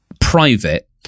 private